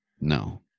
No